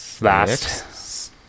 Last